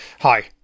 Hi